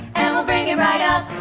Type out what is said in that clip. and we'll bring it right up!